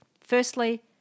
Firstly